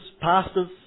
pastors